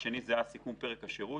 השני היה סיכום פרק השירות.